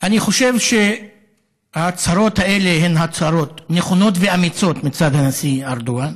אני חושב שההצהרות האלה הן הצהרות נכונות ואמיצות מצד הנשיא ארדואן.